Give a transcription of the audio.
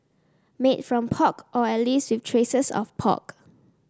made from pork or at least with traces of pork